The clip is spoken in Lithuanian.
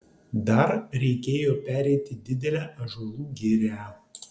dar reikėjo pereiti didelę ąžuolų girią